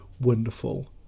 wonderful